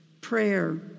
prayer